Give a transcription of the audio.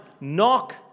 Knock